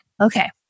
okay